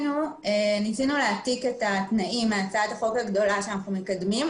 ניסינו להעתיק לכאן את התנאים מהצעת החוק הגדולה שאנחנו מקדמים.